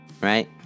Right